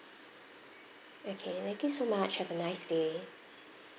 okay thank you so much have a nice day